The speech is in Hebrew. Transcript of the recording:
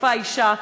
נוספה אישה,